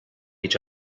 each